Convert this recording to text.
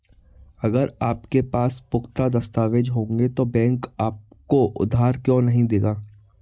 अगर आपके पास पुख्ता दस्तावेज़ होंगे तो बैंक आपको उधार क्यों नहीं देगा?